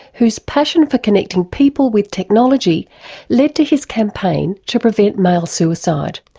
whose passion for connecting people with technology led to his campaign to prevent male suicide.